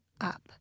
up